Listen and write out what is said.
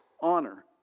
honor